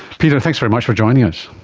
peter, thanks very much for joining us.